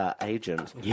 agent